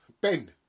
ben